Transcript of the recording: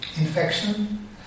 infection